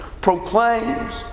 proclaims